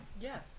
Yes